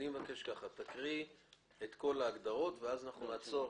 אני מבקש שתקריא את כל ההגדרות ואז נעצור.